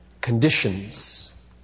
Conditions